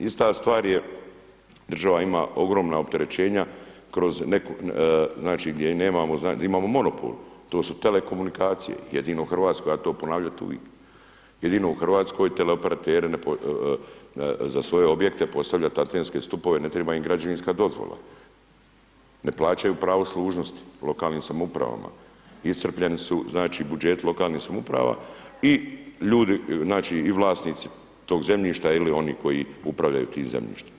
Ista stvar je, država ima ogromna opterećenja kroz, znači, gdje imamo monopol, to su telekomunikacije, jedino u RH, ja ću to ponavljati uvik, jedino u RH teleoperateri za svoje objekte postavlja taktenske stupove, ne triba im građevinska dozvola, ne plaćaju pravo služnosti lokalnim samoupravama, iscrpljeni su, znači, budžeti lokalnih samouprava i ljudi, znači, i vlasnici tog zemljišta ili oni koji upravljaju tim zemljištem.